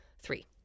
Three